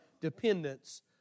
dependence